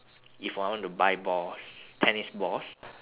if I want to buy balls tennis balls